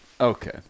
Okay